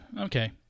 Okay